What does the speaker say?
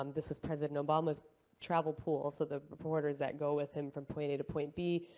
um this was president obama's travel pool. so the reporters that go with him from point a to point b,